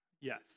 Yes